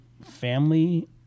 family